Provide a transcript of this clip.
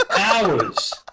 hours